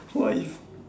what if